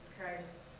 Christ